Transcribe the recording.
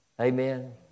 Amen